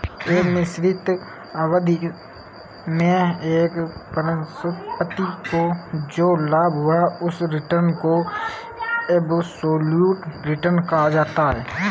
एक निश्चित अवधि में एक परिसंपत्ति को जो लाभ हुआ उस रिटर्न को एबसोल्यूट रिटर्न कहा जाता है